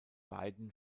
beiden